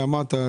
שאמרת,